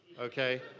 okay